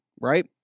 Right